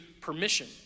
permission